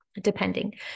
depending